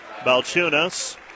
Balchunas